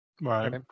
right